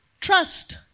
Trust